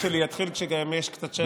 שהזמן שלי יתחיל כשגם יש קצת שקט.